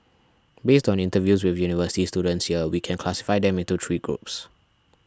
based on interviews with university students here we can classify them into three groups